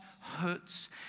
hurts